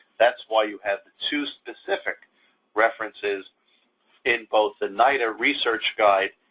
that's why you have the two specific references in both the nida research guide,